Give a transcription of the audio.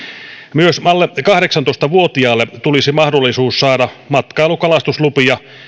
myös alle kahdeksantoista vuotiaalle tulisi mahdollisuus saada matkailukalastuslupia